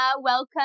Welcome